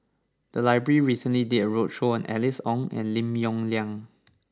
the library recently did a roadshow on Alice Ong and Lim Yong Liang